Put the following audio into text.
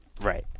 Right